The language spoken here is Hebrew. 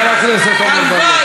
חברת הכנסת שולי מועלם.